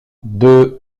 deux